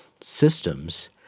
systems